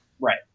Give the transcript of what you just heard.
Right